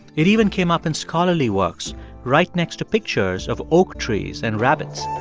it even came up in scholarly works right next to pictures of oak trees and rabbits